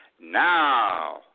Now